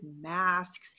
masks